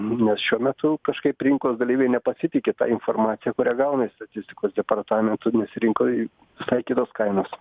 nes šiuo metu kažkaip rinkos dalyviai nepasitiki ta informacija kurią gauna iš statistikos departamento nes rinkoj visai kitos kainos